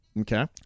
Okay